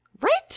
Right